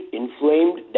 inflamed